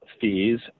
fees